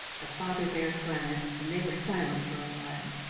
the father bear grunted and they were silent for a while,